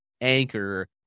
anchor